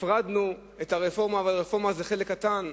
הפרדנו את הרפורמה, אבל הרפורמה זה חלק קטן.